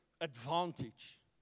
advantage